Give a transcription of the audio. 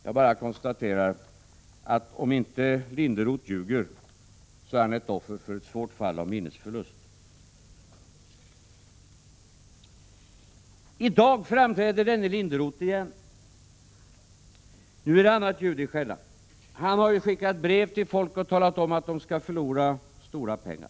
Jag konstaterar bara att om inte Linderoth ljuger så är han ett offer för ett svårt fall av minnesförlust. I dag framträder denne Linderoth igen. Nu är det annat ljud i skällan. Han har ju skickat brev till folk och talat om att de skall förlora stora pengar.